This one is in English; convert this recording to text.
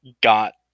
got